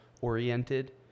oriented